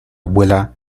abuela